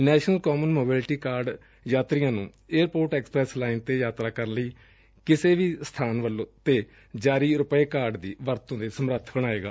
national common mobility card ਯਾਤਰੀਆਂ ਨੂੰ airport express line ਤੇ ਯਾਤਰਾ ਕਰਨ ਲਈ ਕਿਸੇ ਵੀ ਬੈਕ ਵੱਲੋ ਜਾਰੀ ਰੁਪਏ ਕਾਰਡ ਦੀ ਵਰਤੋ ਦੇ ਸਮਰਥ ਬਣਾਏਗਾ